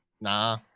Nah